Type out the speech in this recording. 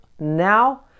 now